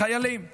חיילים במקביל.